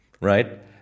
right